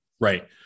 right